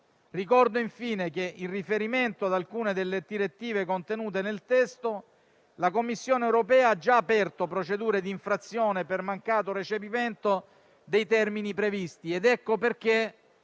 Ricordo infine che, in riferimento ad alcune delle direttive contenute nel testo, la Commissione europea ha già aperto procedure di infrazione per mancato recepimento dei termini previsti, ed ecco perché